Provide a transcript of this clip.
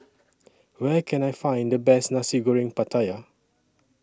Where Can I Find The Best Nasi Goreng Pattaya